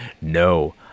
no